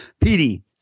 Petey